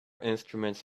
instruments